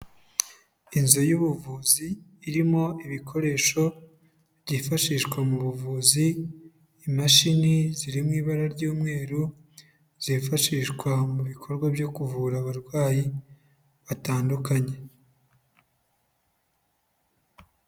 Inzu y'ubuvuzi irimo ibikoresho byifashishwa mu buvuzi, imashini ziri mu ibara ry'umweru zifashishwa mu bikorwa byo kuvura abarwayi batandukanye.